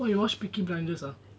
orh you watch peaky blinders ah